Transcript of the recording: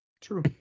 True